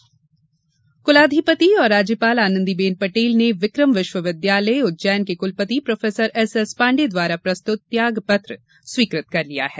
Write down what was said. कुलाधिपति त्यागपत्र कुलाधिपति एवं राज्यपाल आनंदीबेन पटेल ने विक्रम विश्वविद्यालय उज्जैन के कुलपति प्रो एसएस पांडेय द्वारा प्रस्तुत त्याग पत्र स्वीकृत कर लिया है